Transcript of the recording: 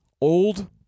old